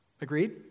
Agreed